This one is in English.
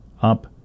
up